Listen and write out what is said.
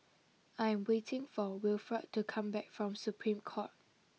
I am waiting for Wilford to come back from Supreme Court